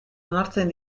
onartzen